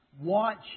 watch